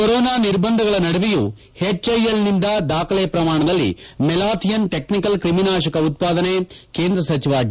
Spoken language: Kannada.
ಕೊರೊನಾ ನಿರ್ಬಂಧಗಳ ನಡುವೆಯೂ ಎಚ್ಐಎಲ್ನಿಂದ ದಾಖಲೆ ಪ್ರಮಾಣದಲ್ಲಿ ಮೆಲಾಥಿಯನ್ ಟೆಕ್ಕಿಕಲ್ ಕ್ರಿಮಿನಾಶಕ ಉತ್ತಾದನೆ ಕೇಂದ್ರ ಸಚಿವ ಡಿ